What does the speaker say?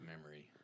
memory